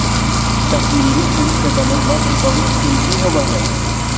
कश्मीरी ऊन से बनल वस्त्र बहुत कीमती होवऽ हइ